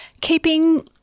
keeping